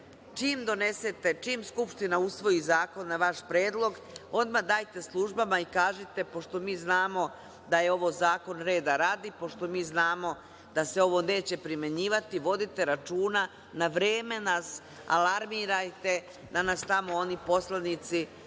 čim donesete, čim Skupština usvoji zakon na vaš predlog, odmah dajte službama i kažite, pošto mi znamo da je ovo zakon reda radi, pošto mi znamo da se ovo neće primenjivati, vodite računa, na vreme nas alarmirajte da nas tamo oni poslanici ne